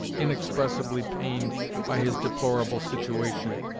inexpressibly pained by his deplorable situation,